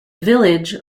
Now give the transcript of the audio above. village